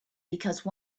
because